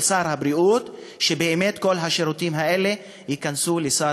של שר הבריאות שבאמת כל השירותים האלה ייכנסו לסל